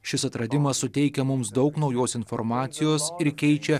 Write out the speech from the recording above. šis atradimas suteikia mums daug naujos informacijos ir keičia